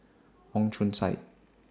Wong Chong Sai